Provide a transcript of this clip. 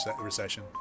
recession